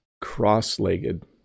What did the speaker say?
cross-legged